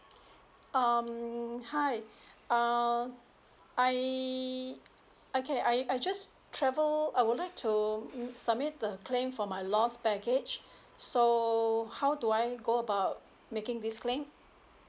um hi err I okay I I just travel I will like to mm submit the claim for my lost baggage so how do I go about making this claim